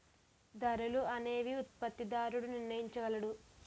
ధరలు అనేవి ఉత్పత్తిదారుడు నిర్ణయించగలడు